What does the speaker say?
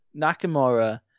Nakamura